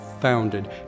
founded